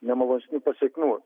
nemalonių pasekmių